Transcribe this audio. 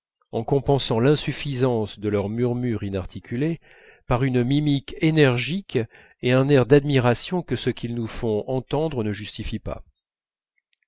en compensant l'insuffisance de leur murmure inarticulé par une mimique énergique et un air d'admiration que ce qu'ils nous font entendre ne justifie pas